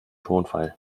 tonfall